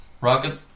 rocket